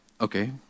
okay